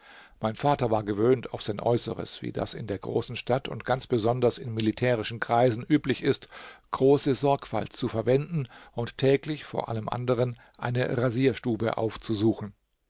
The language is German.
mein vater war gewöhnt auf sein äußeres wie das in der großen stadt und ganz besonders in militärischen kreisen üblich ist große sorgfalt zu verwenden und täglich vor allem anderen eine rasierstube aufzusuchen